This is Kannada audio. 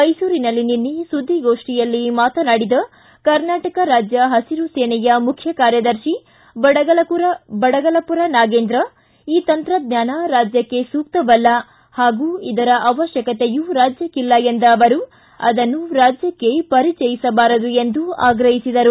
ಮೈಸೂರಿನಲ್ಲಿ ನಿನ್ನೆ ಸುದ್ದಿಗೋಷ್ಠಿಯಲ್ಲಿ ಮಾತನಾಡಿದ ಕರ್ನಾಟಕ ರಾಜ್ಯ ಹಸಿರು ಸೇನೆಯ ಮುಖ್ಯ ಕಾರ್ಯದರ್ಶಿ ಬಡಗಲಪುರ ನಾಗೇಂದ್ರ ಈ ತಂತ್ರಜ್ಞಾನ ರಾಜ್ಯಕ್ಕೆ ಸೂಕ್ತವಲ್ಲ ಹಾಗೂ ಇದರ ಅವಶ್ಯಕತೆಯೂ ರಾಜ್ಯಕ್ಕಿಲ್ಲ ಎಂದ ಅವರು ಅದನ್ನು ರಾಜ್ಯಕ್ಕೆ ಪರಿಚಯಿಸಬಾರದು ಎಂದು ಆಗ್ರಹಿಸಿದರು